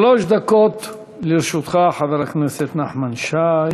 שלוש דקות לרשותך, חבר הכנסת נחמן שי.